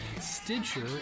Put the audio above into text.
Stitcher